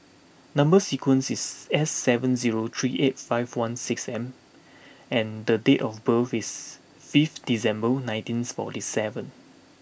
number sequence is S seven zero three eight five one six M and the date of birth is fifth December nineteen forty seven